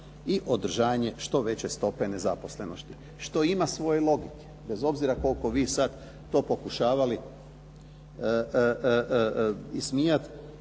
i održanje što veće stope nezaposlenosti, što ima svoje logike. Bez obzira koliko vi sad to pokušavali ismijati,